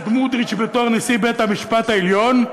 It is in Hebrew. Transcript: סמוטריץ בתור נשיא בית-המשפט העליון,